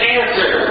answer